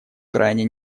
крайне